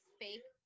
fake